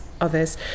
others